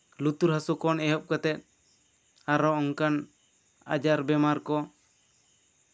ᱞᱩᱛᱩᱨ ᱦᱟᱹᱥᱩ ᱠᱷᱚᱱ ᱮᱦᱚᱵ ᱠᱟᱛᱮ ᱟᱨᱚ ᱚᱱᱠᱟᱱ ᱟᱡᱟᱨ ᱵᱮᱢᱟᱨ ᱠᱚ